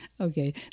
Okay